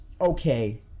okay